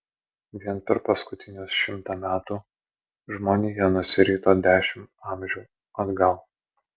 vien per paskutinius šimtą metų žmonija nusirito dešimt amžių atgal